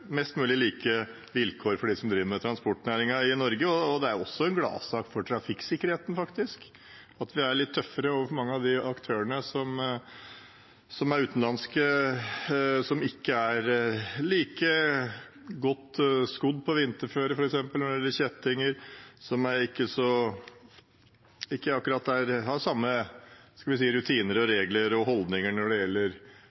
driver i transportnæringen i Norge. Det er faktisk også en gladsak for trafikksikkerheten, at vi blir litt tøffere overfor mange av de aktørene som er utenlandske og som ikke er like godt skodd på vinterføre når det gjelder kjettinger f.eks., og som ikke akkurat har samme rutiner, regler og holdninger når det gjelder trafikksikkerhet og